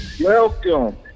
welcome